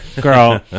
girl